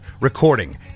recording